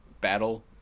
battle